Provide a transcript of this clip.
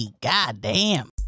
goddamn